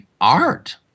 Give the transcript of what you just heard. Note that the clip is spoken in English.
Art